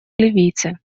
ливийцы